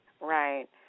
Right